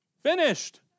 Finished